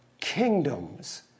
kingdoms